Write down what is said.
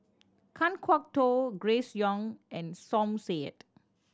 Kan Kwok Toh Grace Young and Som Said